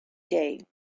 day